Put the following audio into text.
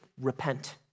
repent